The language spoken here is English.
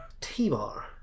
T-Bar